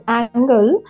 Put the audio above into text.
angle